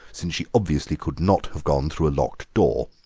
since she obviously could not have gone through a locked door?